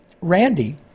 Randy